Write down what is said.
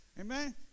Amen